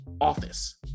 office